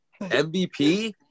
MVP